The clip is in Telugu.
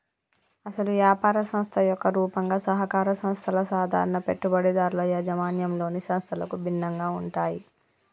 అసలు యాపార సంస్థ యొక్క రూపంగా సహకార సంస్థల సాధారణ పెట్టుబడిదారుల యాజమాన్యంలోని సంస్థలకు భిన్నంగా ఉంటాయి